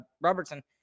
robertson